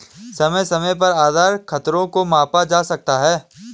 समय समय पर आधार खतरों को मापा जा सकता है